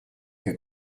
que